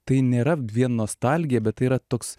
tai nėra vien nostalgija bet tai yra toks